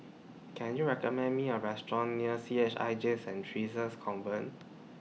Can YOU recommend Me A Restaurant near C H I J Saint Theresa's Convent